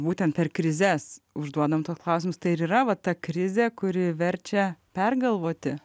būtent per krizes užduodam tuos klausimus tai ir yra ta krizė kuri verčia pergalvoti